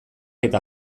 eta